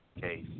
case